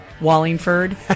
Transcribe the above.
Wallingford